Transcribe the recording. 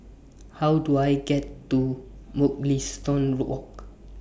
How Do I get to Mugliston Walk